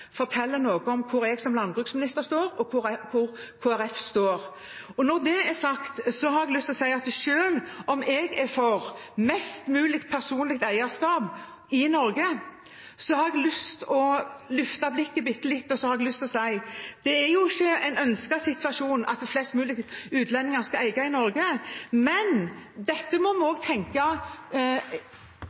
forteller noe om hvor jeg som landbruksminister står, og hvor Kristelig Folkeparti står. Når det er sagt: Selv om jeg er for mest mulig personlig eierskap i Norge, har jeg lyst til å løfte blikket bitte litt og si at det ikke er en ønsket situasjon at flest mulig utlendinger skal eie i Norge, men dette må vi også tenke